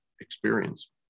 experience